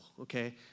okay